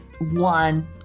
one